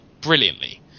brilliantly